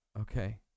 okay